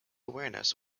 awareness